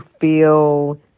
feel